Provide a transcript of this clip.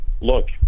look